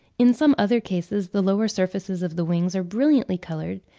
in some other cases the lower surfaces of the wings are brilliantly coloured,